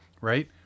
right